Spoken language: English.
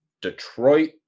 Detroit